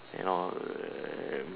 and all